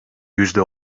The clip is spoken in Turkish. yüzde